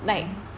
mmhmm